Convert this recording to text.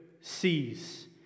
sees